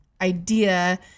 idea